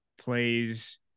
plays